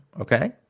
Okay